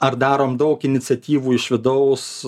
ar darom daug iniciatyvų iš vidaus